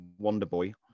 Wonderboy